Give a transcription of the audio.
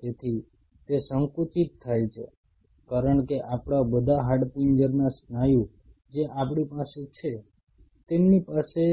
તેથી તે સંકુચિત થાય છે કારણ કે આપણા બધા હાડપિંજરના સ્નાયુ જે આપણી પાસે છે તેમની પાસે